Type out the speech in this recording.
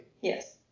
Yes